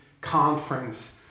conference